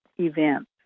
events